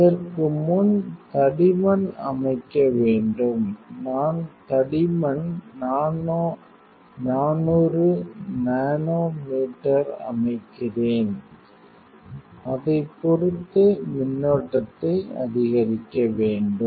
அதற்கு முன் தடிமன் அமைக்க வேண்டும் நான் தடிமன் 400 நானோமீட்டர் அமைக்கிறேன் அதை பொறுத்து மின்னோட்டத்தை அதிகரிக்க வேண்டும்